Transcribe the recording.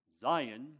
Zion